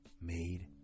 Made